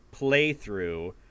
playthrough